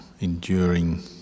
enduring